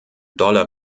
dollar